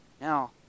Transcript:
Now